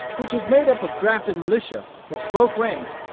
which was made up of drafted militia, which broke ranks,